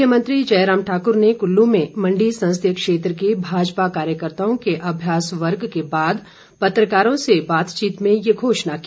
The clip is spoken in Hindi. मुख्यमंत्री जयराम ठाकर ने कुल्लू में मंडी संसदीय क्षेत्र के भाजपा कार्यकर्ताओं के अभ्यास वर्ग के बाद पत्रकारों से बातचीत में ये घोषणा की